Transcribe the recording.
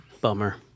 bummer